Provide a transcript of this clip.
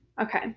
Okay